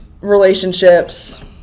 relationships